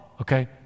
okay